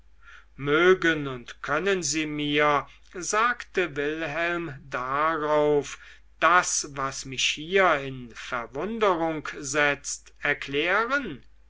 mögen und können sie mir sagte wilhelm darauf das was mich hier in verwunderung setzt erklären